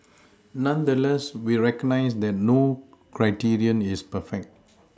nonetheless we recognise that no criterion is perfect